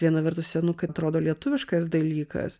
viena vertus senukai atrodo lietuviškas dalykas